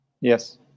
Yes